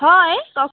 হয় কওক